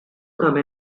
come